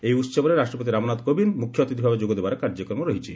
ଏହି ଉହବରେ ରାଷ୍ଟପତି ରାମନାଥ କୋବିନ୍ଦ ମୁଖ୍ୟଅତିଥିଭାବେ ଯୋଗଦେବାର କାର୍ଯ୍ୟକ୍ରମ ରହିଛି